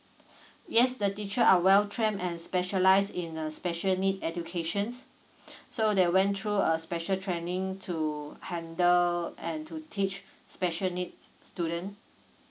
yes the teacher are well trained and specialize in a special need educations so they went through a special training to handle and to teach special needs student